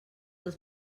els